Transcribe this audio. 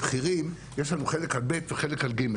בבכירים יש לנו חלק על ב' וחלק על ג'.